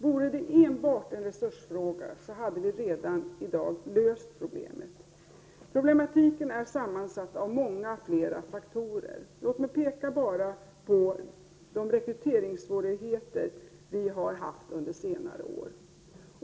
Vore det enbart en resursfråga skulle vi redan i dag ha löst problemet. Problematiken är sammansatt av många fler faktorer. Låt mig bara peka på de rekryteringssvårigheter som vi har haft under senare år.